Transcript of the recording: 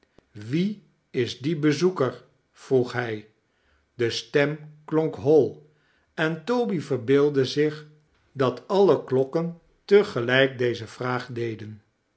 wie is die bezoeker vroeg hij de stem kionk hoi en toby verbeeldde zich dat all klokken te gelijk dieze vraag deden